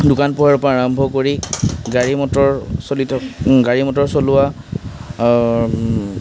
দোকান পোহাৰৰ পৰা আদি কৰি গাড়ী মটৰ চলিথ গাড়ী মটৰ চলোৱা